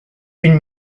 une